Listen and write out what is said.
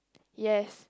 yes